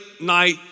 night